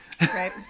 Right